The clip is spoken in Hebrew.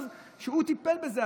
אז כשהוא טיפל בזה,